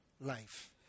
life